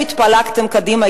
קדימה,